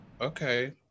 Okay